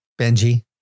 Benji